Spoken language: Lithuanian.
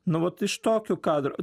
nu vat iš tokių kadrų